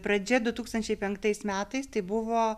pradžia du tūkstančiai penktais metais tai buvo